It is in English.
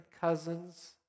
cousins